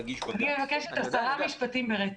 אני מבקשת עשרה משפטים ברצף.